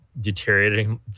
deteriorating